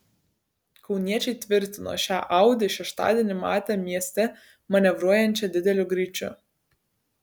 kauniečiai tvirtino šią audi šeštadienį matę mieste manevruojančią dideliu greičiu